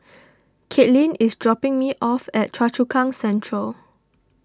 Katelin is dropping me off at Choa Chu Kang Central